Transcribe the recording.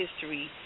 history